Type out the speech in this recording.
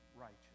righteous